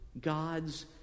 God's